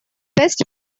best